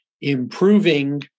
improving